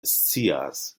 scias